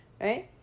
right